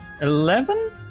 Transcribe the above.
Eleven